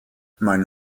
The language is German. mein